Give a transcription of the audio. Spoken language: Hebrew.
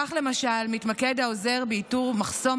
כך למשל מתמקד העוזר באיתור מחסום